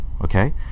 okay